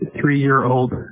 Three-year-old